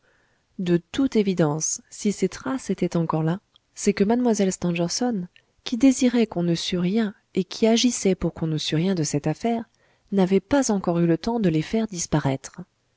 de toute évidence si ces traces étaient encore là c'est que mlle stangerson qui désirait qu'on ne sût rien et qui agissait pour qu'on ne sût rien de cette affaire n'avait pas encore eu le temps de les faire disparaître